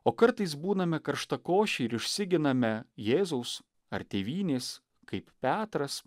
o kartais būname karštakošiai ir išsiginame jėzaus ar tėvynės kaip petras